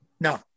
no